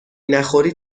نخوری